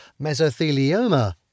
mesothelioma